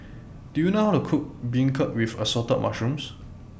Do YOU know How to Cook Beancurd with Assorted Mushrooms